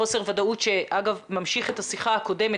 חוסר ודאות שאגב ממשיך את השיחה הקודמת,